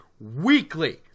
weekly